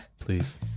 Please